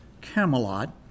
Camelot